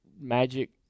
magic